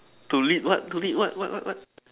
to lead what to lead what what what what